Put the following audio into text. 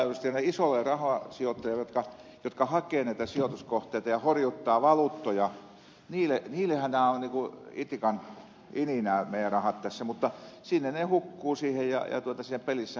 maailmanlaajuisesti isoille rahasijoittajille jotka hakevat näitä sijoituskohteita ja horjuttavat valuuttoja niillehän tämä on niin kuin itikan ininää meidän rahat tässä mutta sinne ne hukkuvat ja siinä pelissä häviää